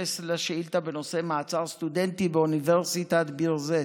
בהתייחס לשאילתה בנושא מעצר סטודנטים באוניברסיטת ביר זית,